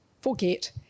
forget